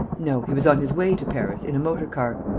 no. he was on his way to paris in a motor-car.